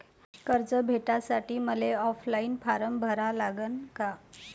कर्ज भेटासाठी मले ऑफलाईन फारम भरा लागन का?